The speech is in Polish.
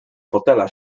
fotela